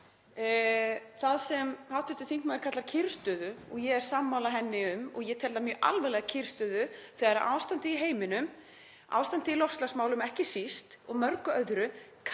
það sem hv. þingmaður kallar kyrrstöðu og er ég sammála henni um. Ég tel það mjög alvarlega kyrrstöðu þegar ástandið í heiminum, ástandið í loftslagsmálum ekki síst og mörgu öðru